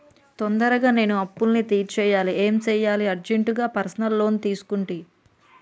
తొందరగా నేను అప్పులన్నీ తీర్చేయాలి ఏం సెయ్యాలి అర్జెంటుగా పర్సనల్ లోన్ తీసుకుంటి